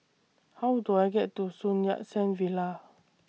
How Do I get to Sun Yat Sen Villa